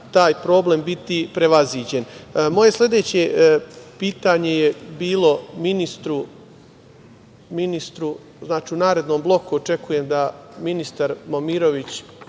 taj problem biti prevaziđen. Moje sledeće pitanje bi bilo ministru, u narednom bloku očekujem da ministar Momirović,